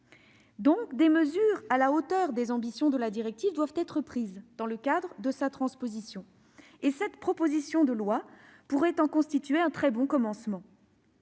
». Des mesures à la hauteur des ambitions de la directive doivent être prises dans le cadre de sa transposition. Cette proposition de loi pourrait en constituer un très bon commencement.